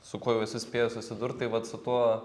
su kuo jau esu spėjęs susidurti tai vat su tuo